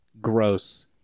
gross